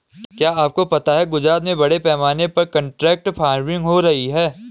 क्या आपको पता है गुजरात में बड़े पैमाने पर कॉन्ट्रैक्ट फार्मिंग हो रही है?